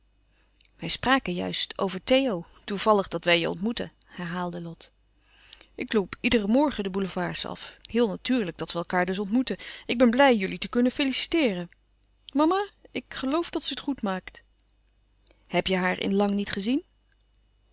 wij spraken juist over mama theo toevallig dat wij je ontmoeten herhaalde lot ik loop iederen morgen de boulevards af heel natuurlijk dat we elkaâr dus ontmoeten ik ben blij jullie te kunnen feliciteeren mama ik geloof dat ze het goed maakt heb je haar in lang niet gezien